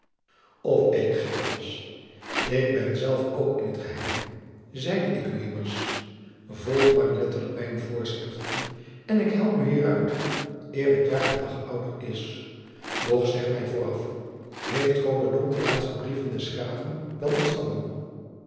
of ik gek was ik ben zelf ook in t geheim zeide ik u immers volg gij maar letterlijk mijne voorschriften en ik help u hier uit eer het jaar een dag ouder is doch zeg mij vooraf heeft grobbendonck de laatste brieven des graven wel ontfangen